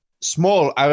small